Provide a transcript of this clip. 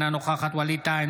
אינה נוכחת ווליד טאהא,